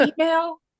email